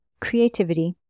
creativity